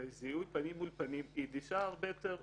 "זיהוי פנים אל פנים" זיהוי על ידי אחד